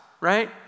right